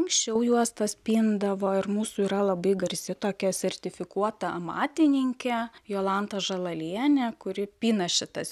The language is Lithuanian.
anksčiau juostas pindavo ir mūsų yra labai garsi tokia sertifikuota amatininkė jolanta žalalienė kuri pina šitas